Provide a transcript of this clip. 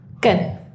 Good